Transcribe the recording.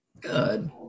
Good